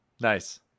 Nice